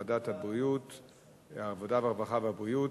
בוועדת העבודה, הרווחה והבריאות.